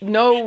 no